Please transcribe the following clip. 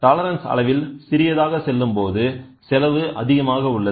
tolerance அளவில் சிறியதாக செல்லும்போது செலவு அதிகமாக உள்ளது